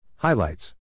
Highlights